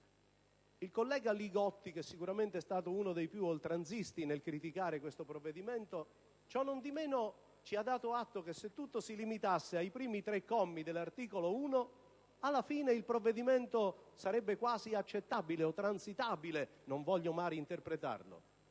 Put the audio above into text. Il collega Li Gotti, che sicuramente è stato uno dei più oltranzisti nel criticare questo provvedimento, ciò nondimeno ci ha dato atto che se tutto si limitasse ai primi tre commi dell'articolo 1 alla fine il provvedimento sarebbe quasi accettabile o "transitabile" - non voglio male interpretarlo